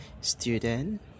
student